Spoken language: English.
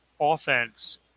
offense